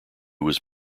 was